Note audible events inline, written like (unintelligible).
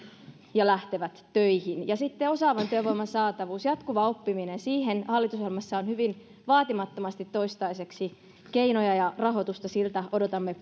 ja lähtevät töihin ja sitten osaavan työvoiman saatavuus jatkuva oppiminen siihen hallitusohjelmassa on hyvin vaatimattomasti toistaiseksi keinoja ja rahoitusta siltä odotamme (unintelligible)